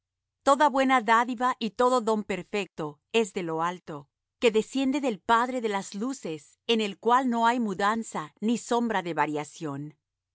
toda buena dádiva y todo don perfecto es de lo alto que desciende del padre de las luces en el cual no hay mudanza ni sombra de variación